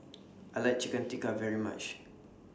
I like Chicken Tikka very much